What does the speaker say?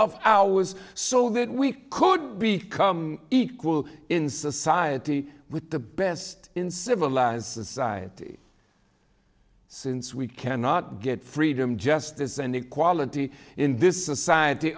of our was so that we could be become equal in society with the best in civilised society since we cannot get freedom justice and equality in this society